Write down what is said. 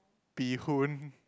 bee hoon